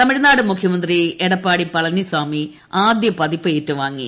തമിഴ്നാട് മുഖ്യമന്ത്രി എടപ്പാളി പളനിസ്വാമി ആദ്യ ഷ്യതിപ്പ് ഏറ്റുവാങ്ങി